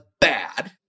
bad